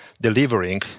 delivering